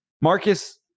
Marcus